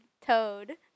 Toad